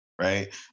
right